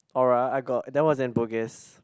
aura I got that was in Bugis